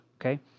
Okay